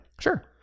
Sure